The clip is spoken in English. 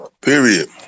Period